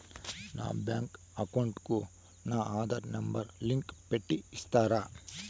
నా bank account కు నా ఆధార్ నెంబర్ లింకు పెట్టి ఇస్తారా?